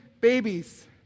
babies